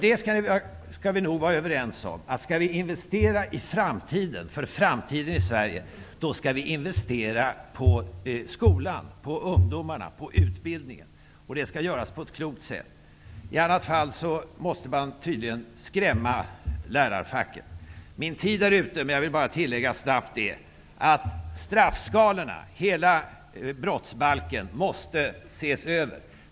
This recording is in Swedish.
Vi kan nog vara överens om en sak: om vi skall investera för framtiden i Sverige, skall vi investera i skolan och satsa på ungdomar och utbildning. Detta skall göras på ett klokt sätt. I annat fall måste man tydligen skrämma lärarfacket. Min taletid är ute. Jag vill bara snabbt tillägga att alla straffskalor i brottsbalken måste ses över.